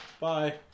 Bye